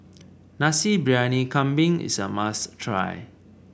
Nasi Briyani Kambing is a must try